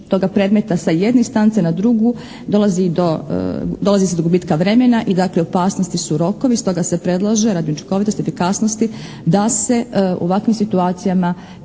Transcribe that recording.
predmeta sa jedne instance na drugu dolazi do, dolazi se do gubitka vremena i dakle opasnosti su rokovi, stoga se predlaže radi učinkovitosti i efikasnosti da se u ovakvim situacijama